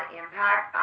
impact